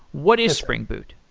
what is spring boot?